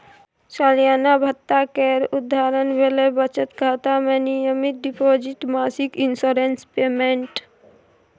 सलियाना भत्ता केर उदाहरण भेलै बचत खाता मे नियमित डिपोजिट, मासिक इंश्योरेंस पेमेंट